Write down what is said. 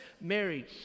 Mary